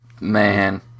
Man